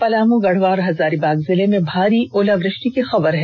पलाम गढ़वा और हजारीबाग जिले में भारी ओलावृष्टि की खबर है